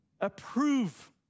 approve